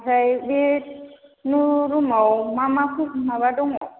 आमफ्राय बे न' रुमाव मा माफोर माबा दङ